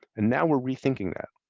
and now we're rethinking that.